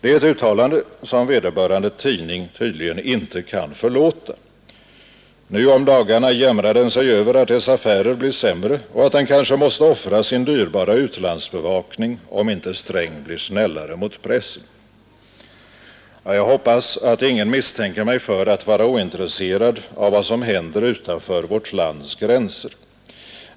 Det är ett uttalande som vederbörande tidning tydligen inte kan förlåta. Nu jämrar den sig över att dess affärer blir sämre och att den kanske måste offra sin dyrbara utlandsbevakning, om inte herr Sträng blir snällare mot pressen. Jag hoppas att ingen misstänker mig för att vara ointresserad av vad som händer utanför vårt lands gränser.